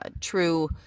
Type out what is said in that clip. true